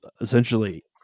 essentially